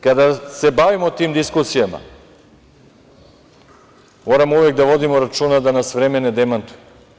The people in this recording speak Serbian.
Kada se bavimo tim diskusijama, moramo uvek da vodimo računa da nas vreme ne demantuje.